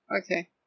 Okay